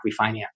refinance